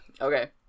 Okay